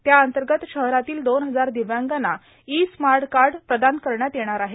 त्याअंतर्गत शहरातील दोन हजार दिव्यांगांना ई स्मार्ट कार्ड प्रदान करण्यात येणार आहे